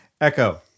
Echo